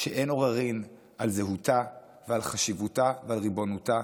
שאין עוררין על זהותה ועל חשיבותה ועל ריבונותה,